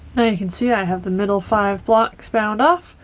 you can see i have the middle five blocks found off.